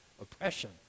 oppression